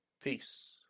Peace